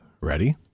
Ready